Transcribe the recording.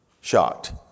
shocked